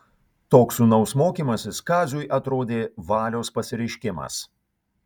toks sūnaus mokymasis kaziui atrodė valios pasireiškimas